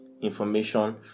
information